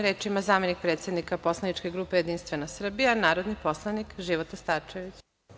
Reč ima zamenik predsednika poslaničke grupe JS narodni poslanik Života Starčević.